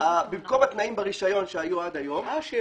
התנאים ברישיון שהיו עד היום --- אשי,